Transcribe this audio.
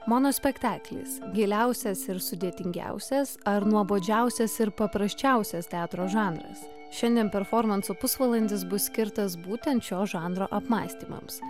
monospektaklis giliausias ir sudėtingiausias ar nuobodžiausias ir paprasčiausias teatro žanras šiandien performanso pusvalandis bus skirtas būtent šio žanro apmąstymams